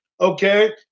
okay